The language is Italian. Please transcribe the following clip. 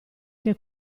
che